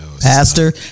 Pastor